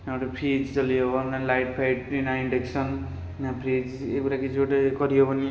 ନା ତ ଫ୍ରିଜ୍ ଚଲେଇହେବ ନା ଲାଇଟ୍ ଫାଇଟ ବି ନା ଇଣ୍ଡକ୍ସନ୍ ନା ଫ୍ରିଜ୍ ଏଗୁରା କିଛି ଗୋଟେ କରିହେବନି